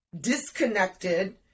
disconnected